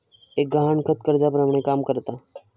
एक गहाणखत कर्जाप्रमाणे काम करता